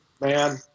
man